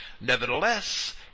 Nevertheless